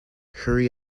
hurry